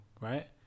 right